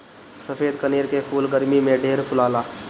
सफ़ेद कनेर के फूल गरमी में ढेर फुलाला